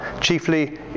chiefly